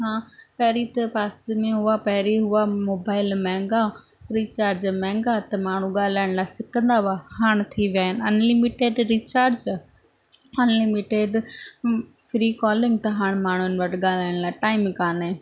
हा पहिरीं त पासे में हुआ पहिरीं हुआ मोबाइल महांगा रिचार्ज महांगा त माण्हू ॻाल्हाइण लाइ सिखंदा हुआ हाणे थी विया आहिनि unlimited recharge unlimited free calling त हाणे माण्हुनि वटि ॻाल्हाइण लाइ टाइम ई काने